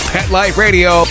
PetLifeRadio